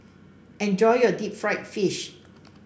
enjoy your Deep Fried Fish